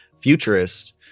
Futurist